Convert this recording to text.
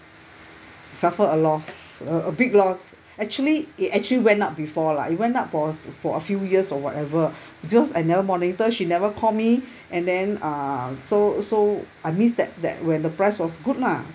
suffer a loss uh a big loss actually it actually went up before lah it went up for for a few years or whatever just I never monitor she never call me and then uh so so I miss that that when the price was good lah